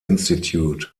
institute